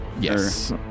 Yes